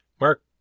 Mark